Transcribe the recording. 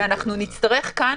אנחנו נצטרך כאן,